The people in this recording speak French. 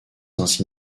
ainsi